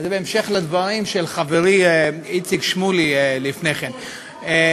וזה בהמשך לדברים של חברי איציק שמולי לפני כן.